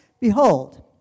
Behold